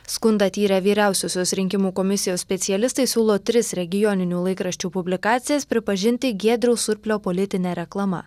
skundą tyrę vyriausiosios rinkimų komisijos specialistai siūlo tris regioninių laikraščių publikacijas pripažinti giedriaus surplio politine reklama